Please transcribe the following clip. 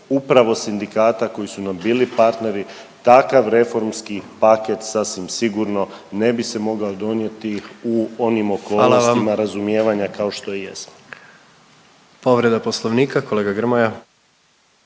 upravo sindikata koji su nam bili partneri, takav reformski paket sasvim sigurno ne bi se mogao donijeti u onim okolnostima … .../Upadica: Hvala